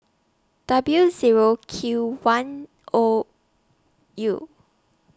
W Zero Q one O U